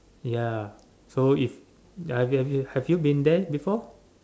ya so if have you have you have you been there before